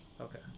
Okay